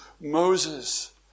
Moses